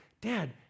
Dad